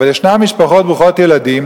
אבל ישנן משפחות ברוכות ילדים